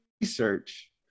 research